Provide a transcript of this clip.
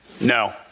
No